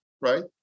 right